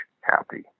happy